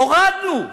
הורדנו.